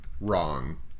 wrong